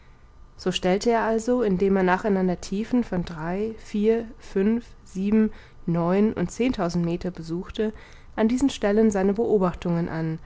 so stellte er also indem er nach einander tiefen von drei vier fünf sieben neun und zehntausend meter besuchte an diesen stellen seine beobachtungen an